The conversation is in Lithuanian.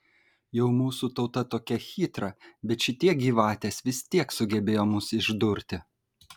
jau mūsų tauta tokia chytra bet šitie gyvatės vis tiek sugebėjo mus išdurti